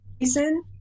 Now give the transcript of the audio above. reason